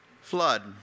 flood